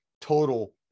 total